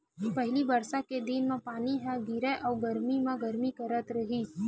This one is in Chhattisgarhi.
पहिली बरसा के दिन म पानी ह गिरय अउ गरमी म गरमी करथ रहिस